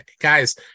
Guys